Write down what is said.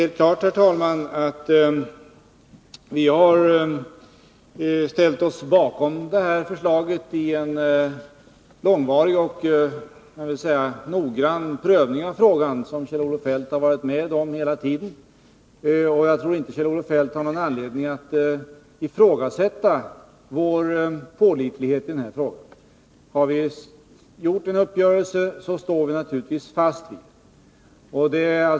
Helt klart är att vi har ställt oss bakom detta förslag efter en långvarig och noggrann prövning av frågan, som Kjell-Olof Feldt själv varit med om. Jag tror inte att Kjell-Olof Feldt har någon anledning att ifrågasätta vår pålitlighet i denna fråga. Har vi träffat en överenskommelse, står vi naturligtvis fast vid den.